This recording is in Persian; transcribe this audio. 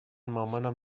مامانم